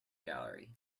gallery